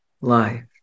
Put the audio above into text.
life